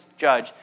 judge